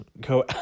go